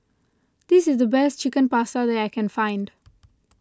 this is the best Chicken Pasta that I can find